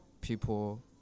people